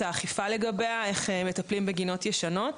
האכיפה לגביה ומטפלים בגינות ישנות.